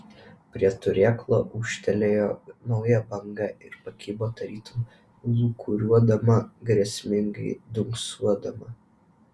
prie turėklo ūžtelėjo nauja banga ir pakibo tarytum lūkuriuodama grėsmingai dunksodama